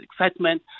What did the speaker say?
excitement